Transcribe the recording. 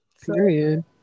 Period